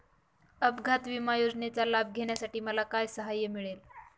अपघात विमा योजनेचा लाभ घेण्यासाठी मला काय सहाय्य मिळेल?